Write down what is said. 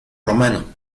romano